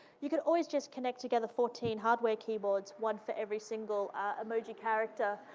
you can always just connect together fourteen hardware keyboards, one for every single emoji character,